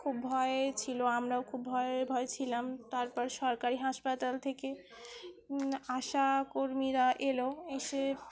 খুব ভয়ে ছিল আমরাও খুব ভয়ে ভয়ে ছিলাম তারপর সরকারি হাসপাতাল থেকে আশাকর্মীরা এলো এসে